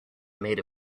made